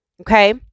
Okay